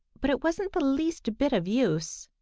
but it wasn't the least bit of use.